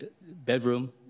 bedroom